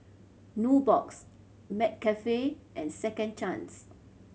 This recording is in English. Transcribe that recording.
Nubox McCafe and Second Chance